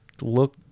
look